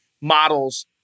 models